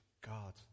God